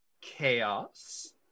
chaos